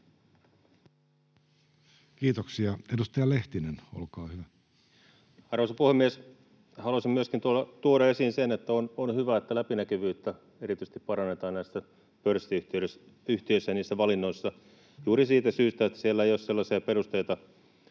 Kiitoksia. — Edustaja Lehtinen, olkaa hyvä. Arvoisa puhemies! Haluaisin myöskin tuoda esiin sen, että on hyvä, että erityisesti läpinäkyvyyttä parannetaan näissä pörssiyhtiöissä ja niissä valinnoissa, juuri siitä syystä, että siellä ei olisi sellaisia perusteita